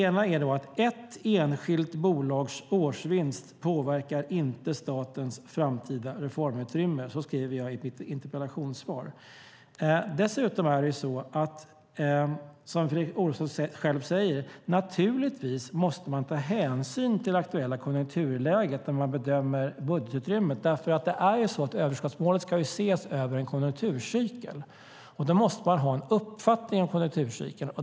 Ett enskilt bolags årsvinst påverkar inte statens framtida reformutrymme. Så skriver jag i mitt interpellationssvar. Dessutom måste man, som Fredrik Olovsson själv säger, naturligtvis ta hänsyn till det aktuella konjunkturläget när man bedömer budgetutrymmet. Överskottsmålet ska ju ses över en konjunkturcykel. Då måste man ha en uppfattning om konjunkturcykeln.